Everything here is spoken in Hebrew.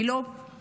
היא לא פונה.